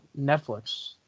Netflix